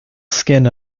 skin